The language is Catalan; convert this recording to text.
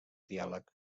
diàleg